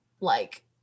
like-